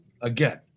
again